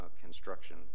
construction